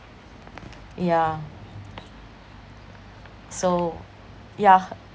yeah so yeah